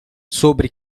sobre